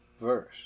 verse